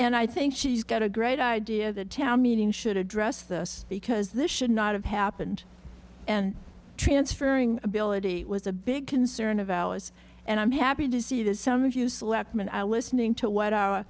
and i think she's got a great idea the town meeting should address this because this should not have happened and transferring ability was a big concern of ours and i'm happy to see that some of you selectman are listening to what